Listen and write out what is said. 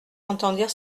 entendirent